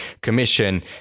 commission